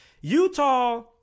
Utah